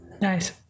Nice